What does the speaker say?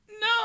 No